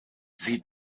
sie